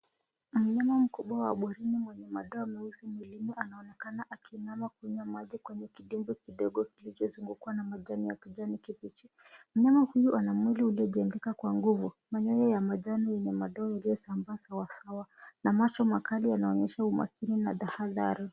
Mnyama mkubwa wa porini mwenye madoa meusi mwilini anaonekana akiinama kunywa maji kwenye kidimbwi kidogo kilichozungukwa na majani ya kijani kibichi. Mnyama huyu ana mwili uliojengeka kwa nguvu. Manyoya ya majani yenye madoa yaliyosambaa sawasawa. Na macho makali yanaonyesha umakini na tahadhari.